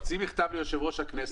תוציא מכתב ליושב-ראש הכנסת.